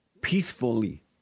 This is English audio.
peacefully